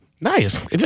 Nice